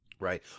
Right